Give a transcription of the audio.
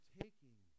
taking